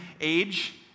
age